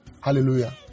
Hallelujah